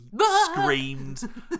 screamed